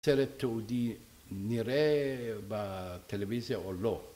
סרט תיעודי נראה בטלוויזיה או לא